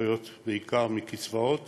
שחיות בעיקר מקצבאות